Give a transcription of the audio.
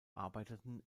arbeiteten